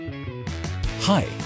Hi